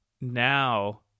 now